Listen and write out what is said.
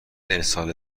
ارسال